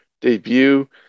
debut